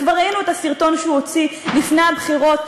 כבר ראינו את הסרטון שהוא הוציא לפני הבחירות,